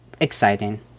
exciting